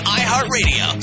iHeartRadio